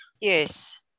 Yes